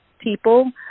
people